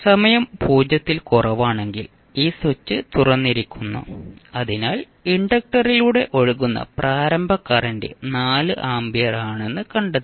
സമയം 0 ൽ കുറവാണെങ്കിൽ ഈ സ്വിച്ച് തുറന്നിരിക്കുന്നു അതിനാൽ ഇൻഡക്ടറിലൂടെ ഒഴുകുന്ന പ്രാരംഭ കറന്റ് 4 ആമ്പിയർ ആണെന്ന് കണ്ടെത്തി